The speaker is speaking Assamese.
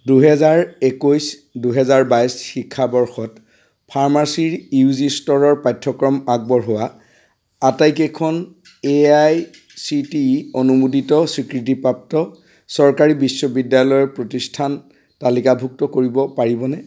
দুহেজাৰ একৈছ দুহেজাৰ বাইছ শিক্ষাবৰ্ষত ফাৰ্মাচীৰ ইউ জি স্তৰৰ পাঠ্যক্ৰম আগবঢ়োৱা আটাইকেইখন A I C T E অনুমোদিত স্বীকৃতিপ্ৰাপ্ত চৰকাৰী বিশ্ববিদ্যালয় প্ৰতিষ্ঠান তালিকাভুক্ত কৰিব পাৰিবনে